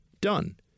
done